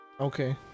okay